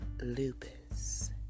Lupus